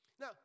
Now